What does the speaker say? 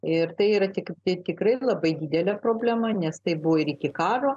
ir tai yra tik bet tikrai labai didelė problema nes taip buvo ir iki karo